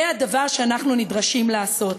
זה הדבר שאנחנו נדרשים לעשות.